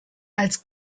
als